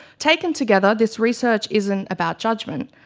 taken together, this research isn't about judgement,